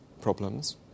problems